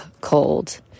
cold